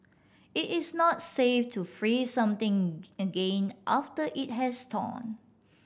it is not safe to freeze something again after it has thawed